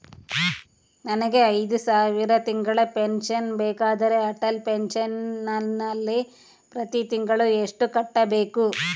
ನನಗೆ ಐದು ಸಾವಿರ ತಿಂಗಳ ಪೆನ್ಶನ್ ಬೇಕಾದರೆ ಅಟಲ್ ಪೆನ್ಶನ್ ನಲ್ಲಿ ಪ್ರತಿ ತಿಂಗಳು ಎಷ್ಟು ಕಟ್ಟಬೇಕು?